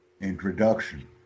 introduction